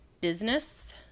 business